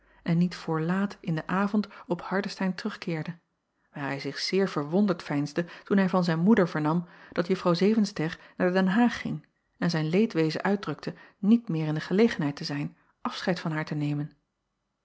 en niet voor laat in den avond op ardestein terugkeerde waar hij zich zeer verwonderd veinsde toen hij van zijn moeder vernam dat uffrouw evenster naar den aag ging en zijn leedwezen uitdrukte niet meer in de gelegenheid te zijn afscheid van haar te nemen